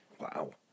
Wow